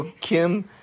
Kim